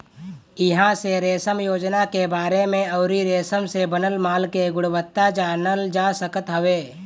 इहां से रेशम योजना के बारे में अउरी रेशम से बनल माल के गुणवत्ता जानल जा सकत हवे